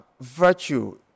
virtue